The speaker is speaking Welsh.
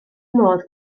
modd